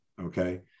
Okay